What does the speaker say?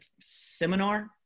seminar